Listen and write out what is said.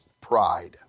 pride